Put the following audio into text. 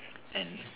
and